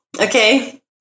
okay